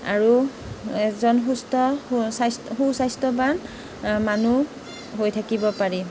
আৰু এজন সুস্থ স্বাই সু স্বাস্থ্যৱান মানুহ হৈ থাকিব পাৰি